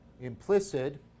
Implicit